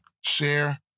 share